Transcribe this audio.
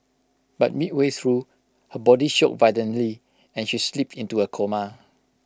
but midway through her body shook violently and she slipped into A coma